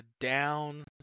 down